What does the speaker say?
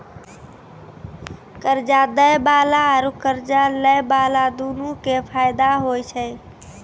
कर्जा दै बाला आरू कर्जा लै बाला दुनू के फायदा होय छै